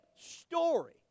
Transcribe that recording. story